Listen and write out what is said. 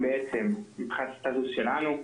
מבחינת הסטטוס שלנו,